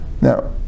Now